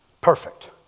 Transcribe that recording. perfect